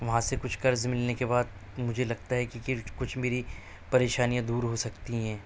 وہاں سے کچھ قرض ملنے کے بعد مجھے لگتا ہے کہ کچھ میری پریشانیاں دور ہو سکتی ہیں